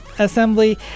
assembly